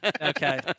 Okay